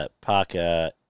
Parker